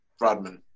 Rodman